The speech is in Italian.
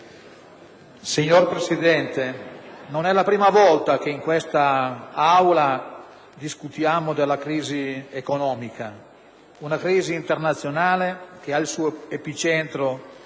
Signor Presidente, non è la prima volta che in quest'Aula discutiamo della crisi economica, una crisi internazionale che ha il suo epicentro